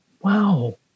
Wow